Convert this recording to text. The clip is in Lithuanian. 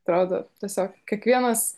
atrodo tiesiog kiekvienas